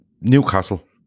Newcastle